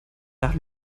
nach